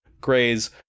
Gray's